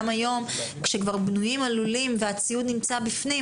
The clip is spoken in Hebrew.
גם היום כאשר הלולים בנויים והציוד נמצא בפנים,